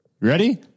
Ready